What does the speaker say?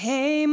Hey